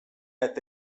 eta